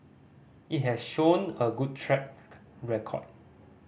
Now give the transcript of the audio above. it has shown a good track record